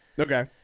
Okay